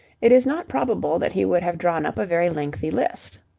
it is not probable that he would have drawn up a very lengthy list.